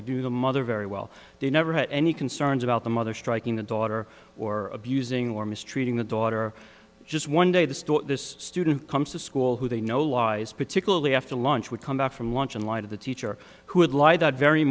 they do the mother very well they never had any concerns about the mother striking the daughter or abusing or mistreating the daughter just one day the story this student comes to school who they know lies particularly after lunch would come back from lunch in light of the teacher who had lied that very